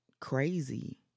crazy